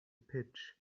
pitch